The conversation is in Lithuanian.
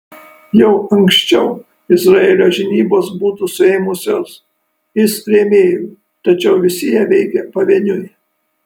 jau anksčiau izraelio žinybos buvo suėmusios is rėmėjų tačiau visi jie veikė pavieniui